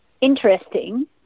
interesting